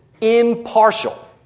impartial